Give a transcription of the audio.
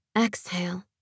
exhale